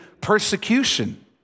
persecution